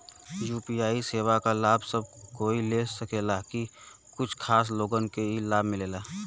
UPI सेवा क लाभ सब कोई ले सकेला की कुछ खास लोगन के ई लाभ मिलेला?